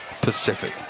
Pacific